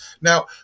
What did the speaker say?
Now